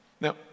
Now